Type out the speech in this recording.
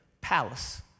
palace